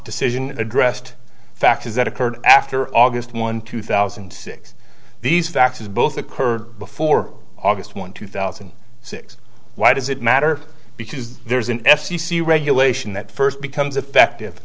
decision addressed factors that occurred after august one two thousand and six these faxes both occurred before august one two thousand and six why does it matter because there's an f c c regulation that first becomes effective